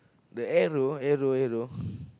the arrow arrow arrow